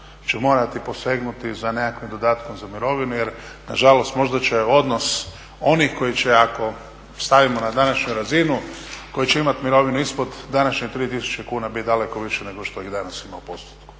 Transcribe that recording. će morati posegnuti za nekakvim dodatkom za mirovine jer nažalost možda će odnos onih koji će ako stavimo na današnju razinu, koji će imati mirovinu ispod današnjih 3000 kuna biti daleko više nego što ih danas ima u postotku.